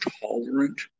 tolerant